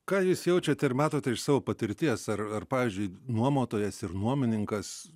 ką jūs jaučiate ir matote iš savo patirties ar ar pavyzdžiui nuomotojas ir nuomininkas